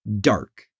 dark